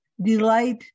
delight